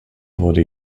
wurde